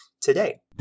today